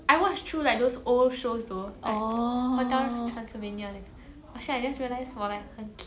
不会 lah it's your preference it's like what kind of movie do you usually like to watch